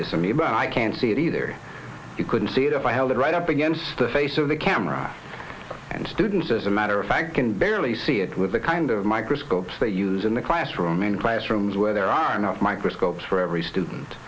this for me but i can't see it either you couldn't see it if i held it right up against the face of the camera and students as a matter of fact can barely see it with the kind of microscopes they use in the classroom in classrooms where there are enough microscopes for every student